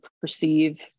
perceive